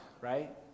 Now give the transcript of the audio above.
right